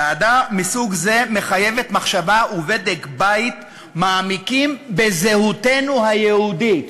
ועדה מסוג זה מחייבת מחשבה ובדק-בית מעמיקים בזהותנו היהודית.